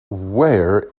where